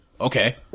okay